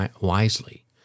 wisely